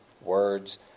words